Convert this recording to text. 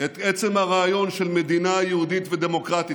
את עצם הרעיון של מדינה יהודית ודמוקרטית,